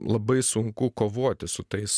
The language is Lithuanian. labai sunku kovoti su tais